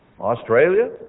Australia